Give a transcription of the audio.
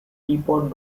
teapot